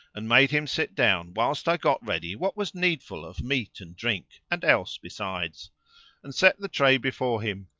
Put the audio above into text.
and made him sit down whilst i got ready what was needful of meat and drink and else besides and set the tray before him,